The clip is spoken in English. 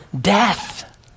death